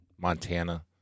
Montana